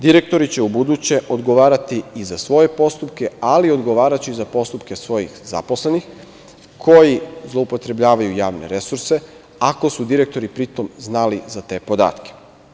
Direktori će u buduće odgovarati i za svoje postupke, ali odgovaraće i za postupke svojih zaposlenih koji zloupotrebljavaju javne resurse, ako su direktori pri tom znali za te podatke.